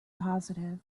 positive